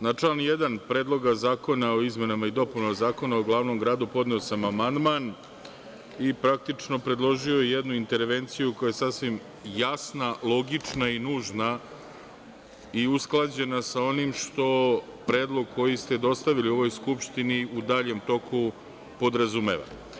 na član 1. Predloga zakona o izmenama i dopunama Zakona o glavnom gradu, podneo sam amandman i praktično predložio jednu intervenciju koja je sasvim jasna, logična i nužna i usklađena sa onim što predlog koji ste dostavili ovoj Skupštini u daljem toku podrazumeva.